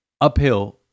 uphill